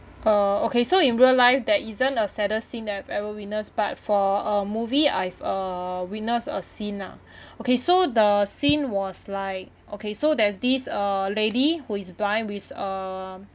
uh okay so in real life there isn't a sadder scene that I've ever witness but for a movie I've uh witness of scene lah okay so the scene was like okay so there's this uh lady who is blind with uh